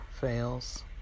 fails